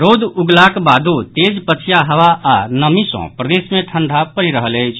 रौद उगलाक बादो तेज पछिया हवा आओर नमी सँ प्रदेश मे ठंढा पड़ि रहल अछि